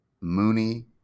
Mooney